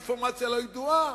האינפורמציה לא ידועה,